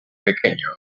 pequeño